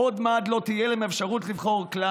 עוד מעט לא תהיה להם אפשרות כלל,